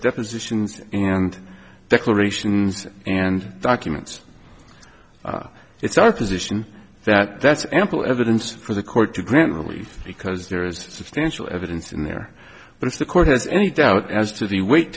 depositions and declarations and documents it's our position that that's ample evidence for the court to grant relief because there is substantial evidence in there but if the court has any doubt as to the weight